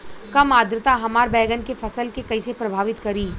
कम आद्रता हमार बैगन के फसल के कइसे प्रभावित करी?